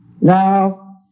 Now